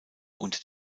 unter